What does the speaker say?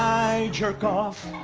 i jerk off!